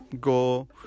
go